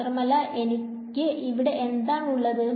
മാത്രമല്ല എനിക്ക് ഇവിടെ എന്താനുള്ളത്